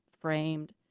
framed